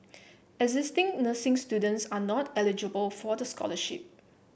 existing nursing students are not eligible for the scholarship